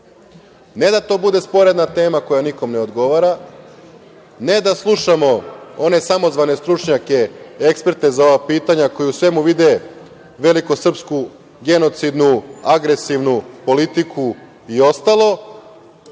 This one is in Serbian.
ne da to bude sporedna tema koja nikom ne odgovara, ne da slušamo one samozvane stručnjake, eksperte za ova pitanja koji u svemu vide veliko srpsku, genocidnu, agresivnu politiku i ostalo,